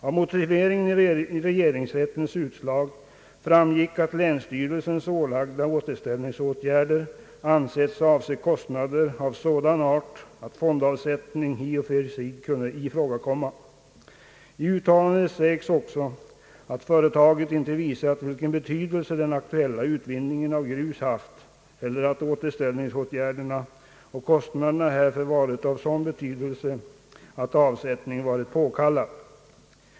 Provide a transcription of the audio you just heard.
Av motiveringen i regeringsrättens utslag framgick att länsstyrelsens ålagda återställningsåtgärder avser kostnader av sådan art att fondavsättning i och för sig kunnat ifrågakomma. I utlåtandet sägs också att företaget inte visat vilken betydelse den aktuella utvinningen av grus haft eller att återställningsåtgärderna och kostnaderna härför varit av sådan betydelse att avsättning varit påkallad.